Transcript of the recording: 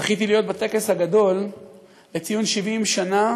זכיתי להיות בטקס הגדול לציון 70 שנה